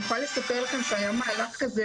אני יכולה לספר לכם שהיה מהלך כזה